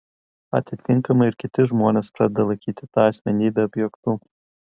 atitinkamai ir kiti žmonės pradeda laikyti tą asmenybę objektu